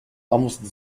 almost